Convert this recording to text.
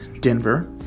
Denver